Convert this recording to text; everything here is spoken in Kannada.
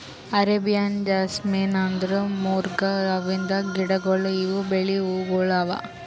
ಅರೇಬಿಯನ್ ಜಾಸ್ಮಿನ್ ಅಂದುರ್ ಮೊಗ್ರಾ ಹೂವಿಂದ್ ಗಿಡಗೊಳ್ ಇವು ಬಿಳಿ ಹೂವುಗೊಳ್ ಅವಾ